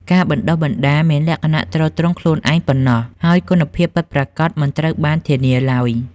ការបណ្ដុះបណ្ដាលមានលក្ខណៈទ្រទ្រង់ខ្លួនឯងប៉ុណ្ណោះ ហើយគុណភាពពិតប្រាកដមិនត្រូវបានធានាឡើយ។